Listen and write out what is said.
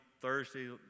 Thursday